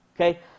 okay